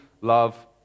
love